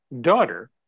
daughter